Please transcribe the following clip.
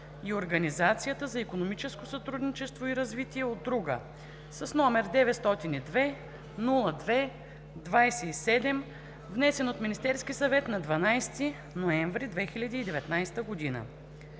и Организацията за икономическо сътрудничество и развитие (ОИСР), от друга, № 902-02-27, внесен от Министерския съвет на 12 ноември 2019 г.